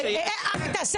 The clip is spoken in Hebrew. למה?